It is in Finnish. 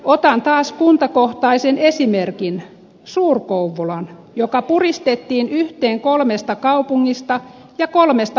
otan taas kuntakohtaisen esimerkin suur kouvolan joka puristettiin yhteen kolmesta kaupungista ja kolmesta maalaiskunnasta